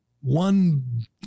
one